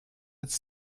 its